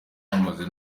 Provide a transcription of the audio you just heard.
bamaze